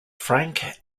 frank